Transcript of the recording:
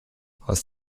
aus